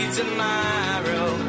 tomorrow